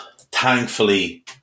thankfully